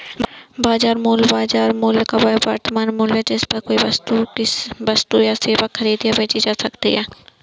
बाजार मूल्य, बाजार मूल्य में वह वर्तमान मूल्य है जिस पर कोई वस्तु या सेवा खरीदी या बेची जा सकती है